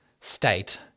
state